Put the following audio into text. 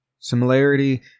similarity